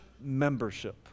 membership